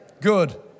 Good